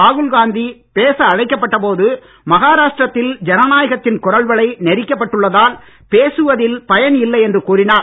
ராகுல் காந்தி பேச அழைக்கப்பட்ட போது மஹாராஷ்டிர த்தில் ஜனநாயகத்தின் குரல்வளை நெறிக்கப் பட்டுள்ளதால் பேசுவதில் பயன் இல்லை என்று கூறினார்